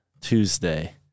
Tuesday